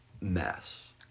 mess